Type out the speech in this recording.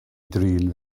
drin